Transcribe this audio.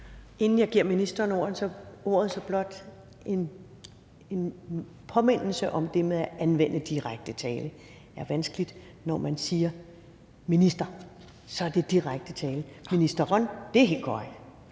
Inden jeg giver ministeren ordet, vil jeg blot give en påmindelse om, at det med ikke at anvende direkte tiltale er vanskeligt. Når man siger minister, er der tale om direkte tiltale. Ministeren er helt